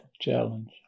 challenge